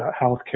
healthcare